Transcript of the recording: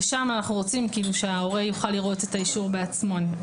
ושם אנחנו רוצים שההורה יוכל לראות את האישור בעצמו.